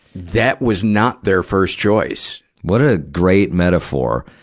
that was not their first choice. what a great metaphor!